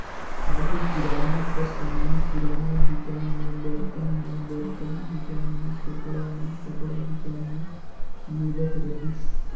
आघु किराना कर समान किराना दुकान में, बरतन मन बरतन दुकान में, कपड़ा मन कपड़ा दुकान में मिलत रहिस